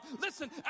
Listen